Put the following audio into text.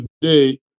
today